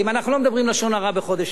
אנחנו לא מדברים לשון הרע בחודש אב.